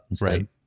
right